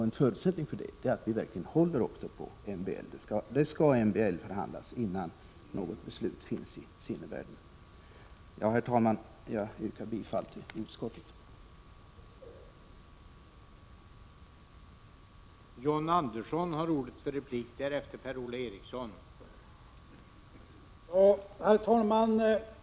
En förutsättning för det är att vi också verkligen håller på att MBL-förhandlingar skall ske, innan något beslut finns i sinnevärlden. Herr talman! Jag yrkar bifall till hemställan i utskottsbetänkandet.